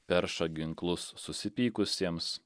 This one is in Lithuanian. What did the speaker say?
perša ginklus susipykusiems